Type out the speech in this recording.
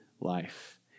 life